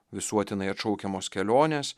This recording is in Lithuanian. visuotinai atšaukiamos kelionės